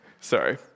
Sorry